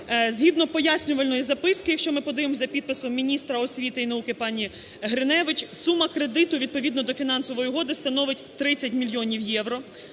Згідно пояснювальної записки, що ми подаємо за підписом міністра освіти і науки пані Гриневич, сума кредиту відповідно до фінансової угоди становить 30 мільйонів євро